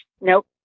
nope